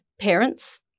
parents